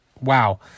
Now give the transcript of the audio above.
wow